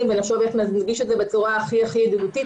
ונחשוב איך להנגיש את זה בצורה הכי ידידותית.